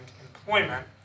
employment